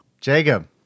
jacob